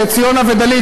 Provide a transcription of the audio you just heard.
לציונה ודלית,